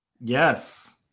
Yes